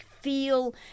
feel